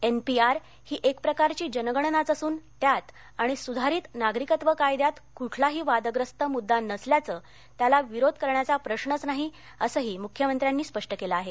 NPR ही एकप्रकारची जनगणनाच असून त्यात आणि सुधारित नागरिकत्व कायद्यात कुठलाही वादग्रस्त मृद्दा नसल्यानं त्याला विरोध करण्याचा प्रश्रच नाही असंही मुख्यमंत्र्यांनी स्पष्ट केलं आहे